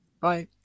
bye